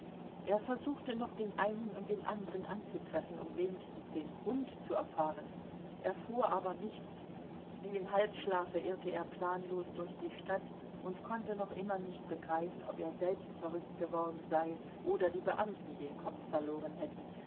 er versuchte noch den einen und den anderen anzutreffen um wenigstens den grund zu erfahren erfuhr aber nichts wie im halbschlafe irrte er planlos durch die stadt und konnte noch immer nicht begreifen ob er selbst verrückt geworden sei oder die beamten den kopf verloren hätten